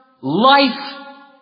life